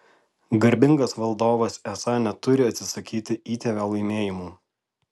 garbingas valdovas esą neturi atsisakyti įtėvio laimėjimų